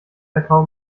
kakao